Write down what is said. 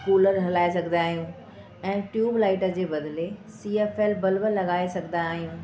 cooler हलाए सघंदा आहियूं ऐं ट्यूब लाइट जे बदिले सी एफ एल बल्ब लॻाए सघंदा आहियूं